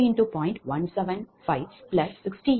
0000852